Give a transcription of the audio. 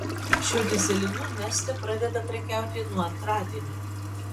šiuo dyzelinu neste pradeda prekiauti nuo antradienio